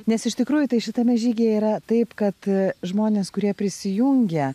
nes iš tikrųjų tai šitame žygyje yra taip kad žmonės kurie prisijungia